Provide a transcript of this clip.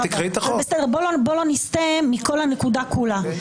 בוא לא נסטה מכל הנקודה כולה.